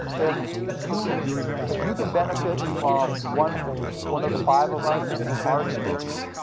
if you if you can benefit from one one of the five of us and our experience,